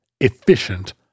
efficient